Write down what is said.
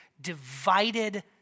divided